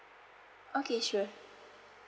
okay sure